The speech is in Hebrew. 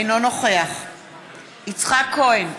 אינו נוכח יצחק כהן,